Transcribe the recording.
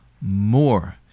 more